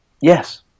Yes